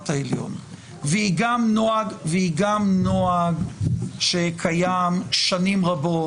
העליון והיא גם נוהג שקיים שנים רבות,